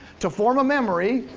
to form a memory,